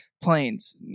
planes